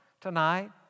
tonight